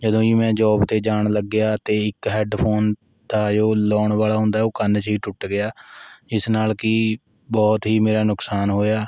ਜਦੋਂ ਜੀ ਮੈਂ ਜੌਬ 'ਤੇ ਜਾਣ ਲੱਗ ਗਿਆ ਅਤੇ ਇੱਕ ਹੈੱਡਫੋਨ ਦਾ ਜੋ ਲਾਉਣ ਵਾਲਾ ਹੁੰਦਾ ਉਹ ਕੰਨ ਚੋਂ ਹੀ ਟੁੱਟ ਗਿਆ ਜਿਸ ਨਾਲ਼ ਕਿ ਬਹੁਤ ਹੀ ਮੇਰਾ ਨੁਕਸਾਨ ਹੋਇਆ